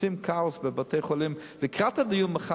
מאז קרה דבר חדש: באו רופאים צעירים,